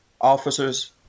officers